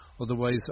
Otherwise